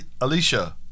Alicia